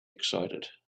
excited